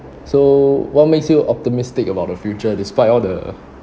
so what makes you optimistic about the future despite all the